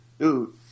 Dude